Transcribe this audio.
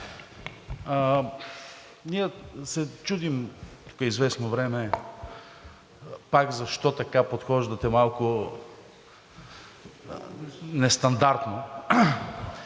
Ние се чудим тук известно време защо пак подхождате малко нестандартно?